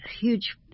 huge